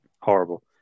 Horrible